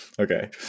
Okay